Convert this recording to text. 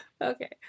Okay